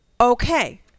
Okay